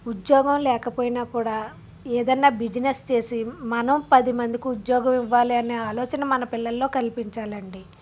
ఉద్యోగం లేకపోయినా కూడా ఏదైనా బిజినెస్ చేసి మనం పదిమందికి ఉద్యోగం ఇవ్వాలి అనే ఆలోచన మన పిల్లల్లో కల్పించాలండి